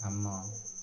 ଆମ